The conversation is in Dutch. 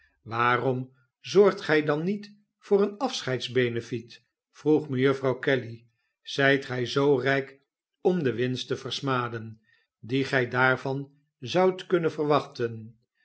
waarom zorgt gij dan niet voor een afscheidsbenefiet vroeg mejuffrouw kelly zijt gij zoo rijk om de winst te versmaden die gij daarvan zoudt kunnen verwachten